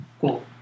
Cool